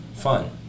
fun